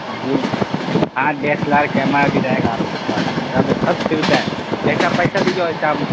جی ہاں D S L R camera بھی رہے گا آپ کے پاس سب سب سودھا ہے جیسا پیسہ دیجیے ویسا